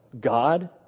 God